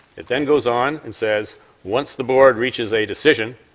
it then goes on and says once the board reaches a decision,